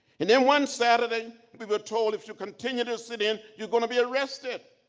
and then one saturday, we were told if you continue to sit in you're going to be arrested.